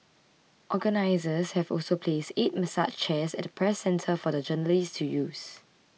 organisers have also placed eight massage chairs at the Press Centre for the journalists to use